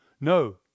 No